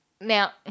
now